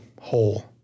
whole